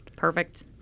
Perfect